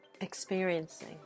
experiencing